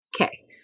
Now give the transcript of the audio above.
okay